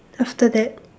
after that